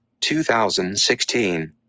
2016